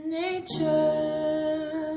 nature